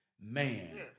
Man